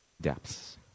depths